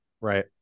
Right